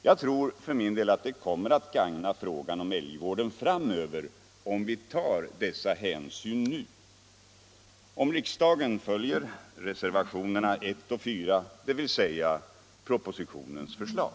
Jag tror för min del att det kommer att gagna frågan om älgvården framöver, om vi tar dessa hänsyn nu, nämligen om riksdagen följer reservationerna 1 och 4, dvs. propositionens förslag.